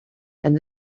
and